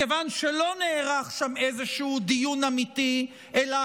מכיוון שלא נערך שם איזשהו דיון אמיתי אלא